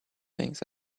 things